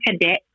Cadet